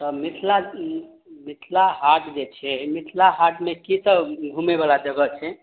तऽ मिथिला मिथिला हाट जे छै मिथिला हाटमे की सब घुमयवला जगह छै